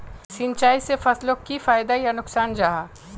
सिंचाई से फसलोक की फायदा या नुकसान जाहा?